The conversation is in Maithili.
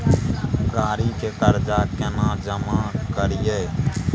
गाड़ी के कर्जा केना जमा करिए?